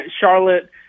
Charlotte